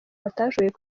batashoboye